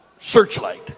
searchlight